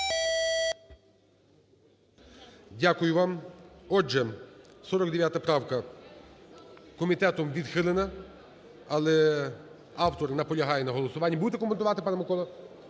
Дякую вам. Отже, 49 правка комітетом відхилена. Але автор наполягає на голосуванні. Будете коментувати, пане Миколо?